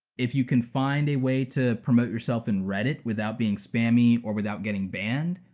if you can find a way to promote yourself in reddit without being spammy, or without getting banned,